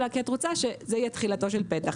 אלא כי את רוצה שזה יהיה תחילתו של פתח.